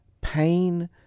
pain